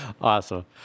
Awesome